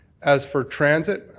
as for transit,